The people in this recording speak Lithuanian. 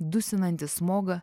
dusinantį smogą